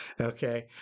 Okay